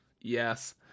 Yes